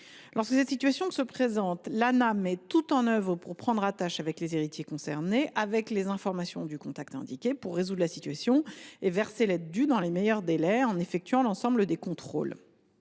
Lorsque cette situation se présente, l’Anah met tout en œuvre pour prendre attache avec les héritiers concernés, avec les informations du contact indiqué, pour résoudre la situation et verser l’aide due dans les meilleurs délais, en effectuant l’ensemble des contrôles